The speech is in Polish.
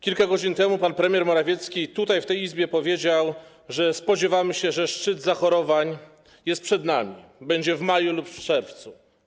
Kilka godzin temu pan premier Morawiecki tutaj, w tej Izbie, powiedział, że spodziewamy się, że szczyt zachorowań jest przed nami, będzie w maju lub w czerwcu.